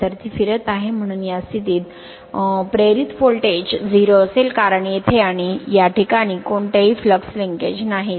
तर ती फिरत आहे म्हणून या स्थितीत प्रेरित व्होल्टेज 0 असेल कारण येथे आणि येथे या ठिकाणी कोणतेही फ्लॅक्स लिंकेज नाहीत